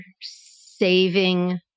saving